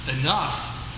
enough